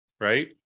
right